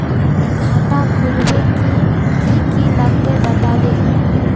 खाता खोलवे के की की लगते बतावे?